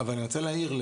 אבל אני רוצה להעיר הערה,